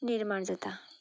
निर्माण जाता